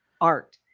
art